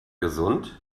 gesund